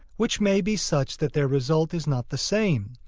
which may be such that their result is not the same,